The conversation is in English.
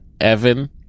Evan